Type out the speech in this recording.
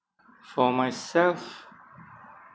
for myself